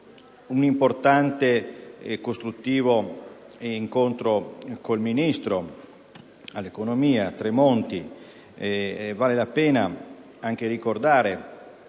un importante e costruttivo incontro con il ministro dell'economia Tremonti. Vale la pena ricordare